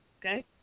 okay